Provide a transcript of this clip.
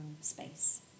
space